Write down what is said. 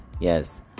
yes